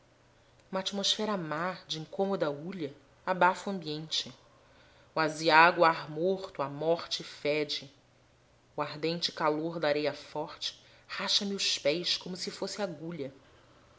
uma atmosfera má de incômoda hulha abafa o ambiente o aziago ar morto a morte fede o ardente calor da areia forte racha me os pés como se fosse agulha